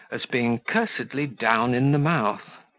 as being cursedly down in the mouth.